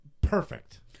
perfect